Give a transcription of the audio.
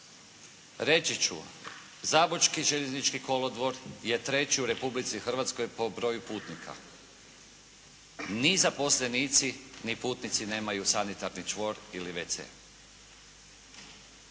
Reći ću, zabočki željeznički kolodvor je treći u Republici Hrvatskoj po broju putnika. Ni zaposlenici, ni putnici nemaju sanitarni čvor ili WC.